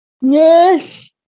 Yes